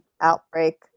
outbreak